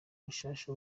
mushasha